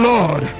Lord